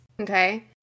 okay